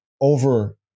over